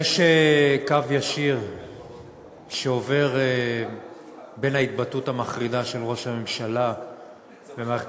קו ישיר עובר בין ההתבטאות המחרידה של ראש הממשלה במערכת